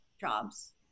jobs